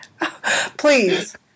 please